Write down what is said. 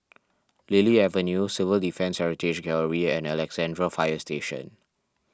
Lily Avenue Civil Defence Heritage Gallery and Alexandra Fire Station